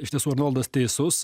iš tiesų arnoldas teisus